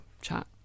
chat